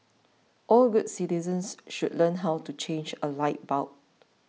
all good citizens should learn how to change a light bulb